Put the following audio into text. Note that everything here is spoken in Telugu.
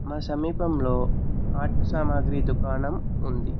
మా సమీపంలో ఆర్ట్ సామాగ్రి దుకాణం ఉంది